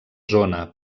zona